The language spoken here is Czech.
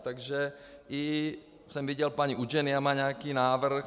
Takže i jsem viděl, paní Udženija má nějaký návrh...